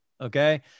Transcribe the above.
Okay